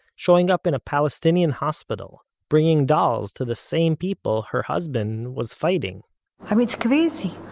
showing up in a palestinian hospital, bringing dolls to the same people her husband was fighting i mean it's crazy.